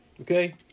Okay